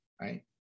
right